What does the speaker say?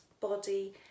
body